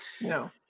no